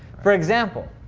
for example,